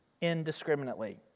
indiscriminately